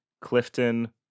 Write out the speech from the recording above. Clifton